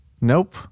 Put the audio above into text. Nope